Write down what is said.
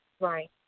Right